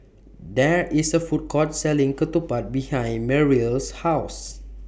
There IS A Food Court Selling Ketupat behind Merrill's House